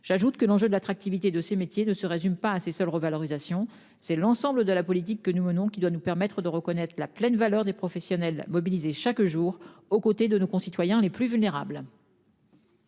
J'ajoute que l'enjeu de l'attractivité de ces métiers ne se résume pas à ses seule revalorisation c'est l'ensemble de la politique que nous menons, qui doit nous permettre de reconnaître la pleine valeur des professionnels mobilisés chaque jour aux côtés de nos concitoyens les plus vulnérables.